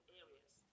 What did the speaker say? areas